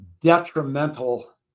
detrimental